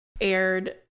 aired